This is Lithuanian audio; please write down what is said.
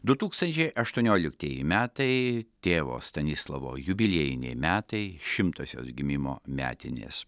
du tūkstančiai aštuonioliktieji metai tėvo stanislovo jubiliejiniai metai šimtosios gimimo metinės